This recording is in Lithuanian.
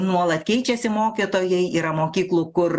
nuolat keičiasi mokytojai yra mokyklų kur